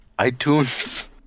iTunes